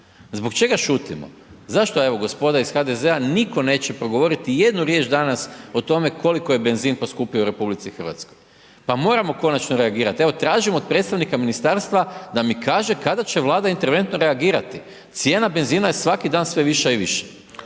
Zbog čega šutimo? Zašto evo gospoda iz HDZ-a nitko neće progovorit jednu riječ danas o tome koliko je benzin poskupio u RH? Pa moramo konačno reagirati, evo tražimo od predstavnika ministarstva da mi kaže kada će Vlada interventno reagirati, cijena benzina je svaki dan sve viša i viša.